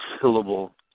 syllable